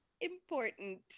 important